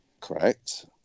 correct